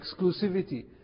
exclusivity